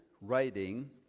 writing